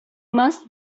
must